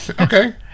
Okay